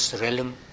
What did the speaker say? realm